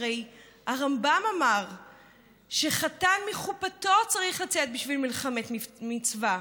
הרי הרמב"ם אמר שחתן מחופתו צריך לצאת בשביל מלחמת מצווה.